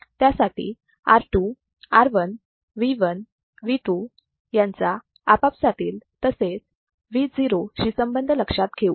त्यासाठी R2 R1 V1 V2 यांचा आपापसातील तसेच Vo शी संबंध लक्षात घेऊ